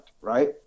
right